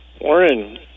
Warren